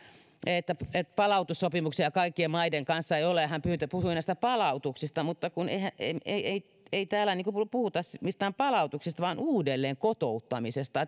että palautussopimuksia kaikkien maiden kanssa ei ole hän puhui palautuksista mutta ei ei täällä puhuta mistään palautuksista vaan uudelleenkotouttamisesta